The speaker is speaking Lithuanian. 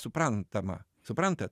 suprantama suprantat